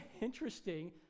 interesting